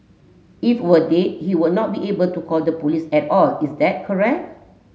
if were dead he would not be able to call the police at all is that correct